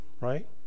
right